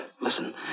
listen